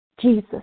Jesus